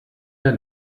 der